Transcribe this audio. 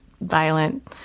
violent